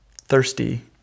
thirsty